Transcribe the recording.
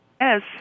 Yes